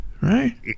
right